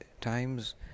times